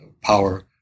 power